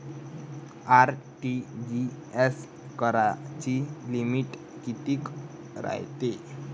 RTGS कराची limit कितीक रायते?